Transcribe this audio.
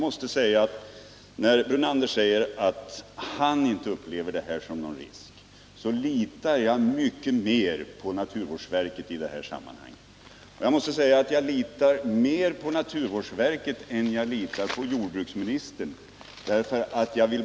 Lennart Brunander säger att han inte upplever detta som någon risk, men jag litar faktiskt mer på naturvårdsverket i det fallet. Jag litar också mer på naturvårdsverket än på jordbruksministern.